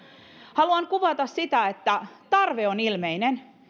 haluan kuvata sitä että tarve on ilmeinen